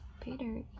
Peter